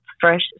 fresh